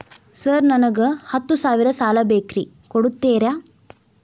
Sir ನನಗ ಹತ್ತು ಸಾವಿರ ಸಾಲ ಬೇಕ್ರಿ ಕೊಡುತ್ತೇರಾ?